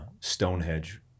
Stonehenge